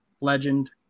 legend